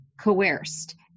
coerced